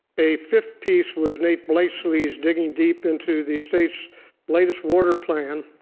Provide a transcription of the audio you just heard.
a fifth piece was nate blakeslee's digging deep into the state's latest water plan,